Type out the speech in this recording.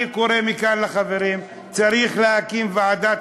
אני קורא מכאן לחברים: צריך להקים ועדת